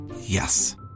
Yes